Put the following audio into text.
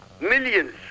Millions